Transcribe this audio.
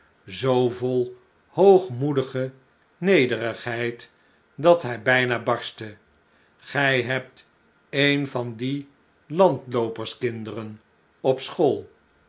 zoo vol hoogmoedige nederigheid dat hij bijna barstte gij hebt een van die landlooperskinderen op school